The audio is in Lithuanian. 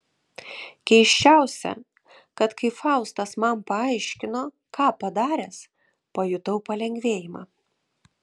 keisčiausia kad kai faustas man paaiškino ką padaręs pajutau palengvėjimą